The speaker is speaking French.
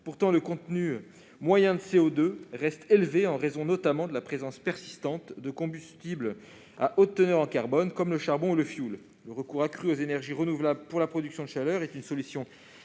Pourtant, le contenu moyen de CO2 reste élevé, en raison, notamment, de la présence persistante de combustibles à haute teneur en carbone comme le charbon ou le fioul. Le recours accru aux énergies renouvelables pour la production de chaleur est une solution